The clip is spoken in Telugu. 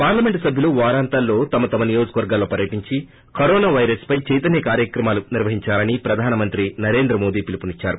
పార్లమెంటు సభ్యులు వారాంతాల్లో తమతమ నియోజకవర్గాల్లో పర్యటించి కరోనా పైరస్ పై చైతన్న కార్యక్రమాలు నిర్వహించాలని ప్రధానమంత్రి నరేంద్ర మోదీ పిలుపునిచ్చారు